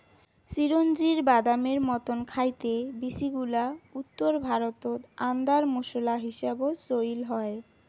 চিরোঞ্জির বাদামের মতন খাইতে বীচিগুলা উত্তর ভারতত আন্দার মোশলা হিসাবত চইল হয়